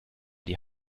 die